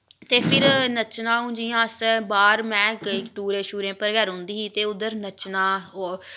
ते फिर नच्चना हून जि'यां अस बाह्र मैं गेई टूरें शूरें पर गै रौंह्दी ही ते उद्धर नच्चना